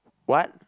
what